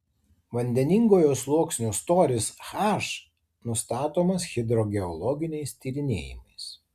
vandeningojo sluoksnio storis h nustatomas hidrogeologiniais tyrinėjimais